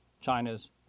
China's